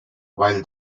while